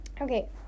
okay